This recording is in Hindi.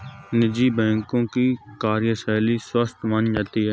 निजी बैंकों की कार्यशैली स्वस्थ मानी जाती है